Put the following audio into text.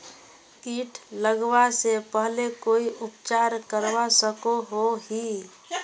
किट लगवा से पहले कोई उपचार करवा सकोहो ही?